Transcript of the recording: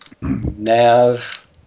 nav